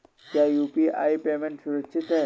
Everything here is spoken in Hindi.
क्या यू.पी.आई पेमेंट सुरक्षित है?